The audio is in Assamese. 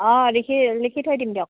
অঁ লিখি লিখি থৈ দিম দিয়ক